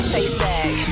Facebook